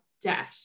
debt